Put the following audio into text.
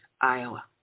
Iowa